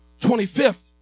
25th